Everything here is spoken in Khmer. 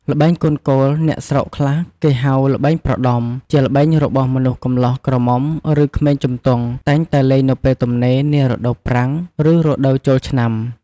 ល្បែងកូនគោល អ្នកស្រុកខ្លះគេហៅ ល្បែងប្រដំ ជាល្បែងរបស់មនុស្សកម្លោះ ក្រមុំ ឬក្មេងជំទង់ តែងតែលេងនៅពេលទំនេរ នារដូវប្រាំង ឬរដូវចូលឆ្នាំ ។